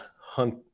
hunt